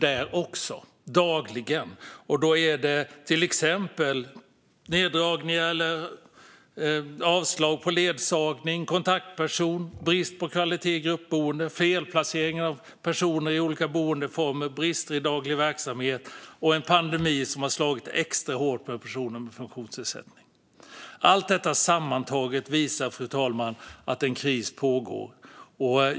Det handlar till exempel om neddragningar, avslag gällande ledsagning och kontaktperson, brist på kvalitet i gruppboenden, felplaceringar av personer i olika boendeformer, brister i daglig verksamhet och en pandemi som har slagit extra hårt mot personer med funktionsnedsättning. Allt detta sammantaget visar, fru talman, att en kris pågår.